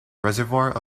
reservoir